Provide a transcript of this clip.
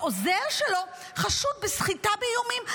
העוזר שלו חשוד בסחיטה באיומים.